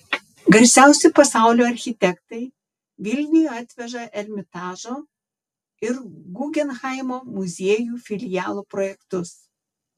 garsiausi pasaulio architektai vilniui atveža ermitažo ir gugenhaimo muziejų filialo projektus